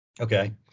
okay